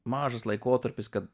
mažas laikotarpis kad